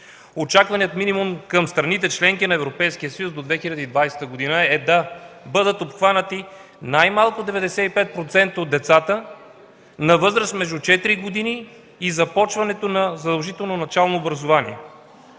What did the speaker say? очакваният минимум към страните – членки на Европейския съюз, до 2020 г. е да бъдат обхванати най-малко 95% от децата на възраст между 4 години и започването на задължително начално образование.